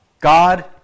God